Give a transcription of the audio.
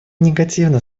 негативно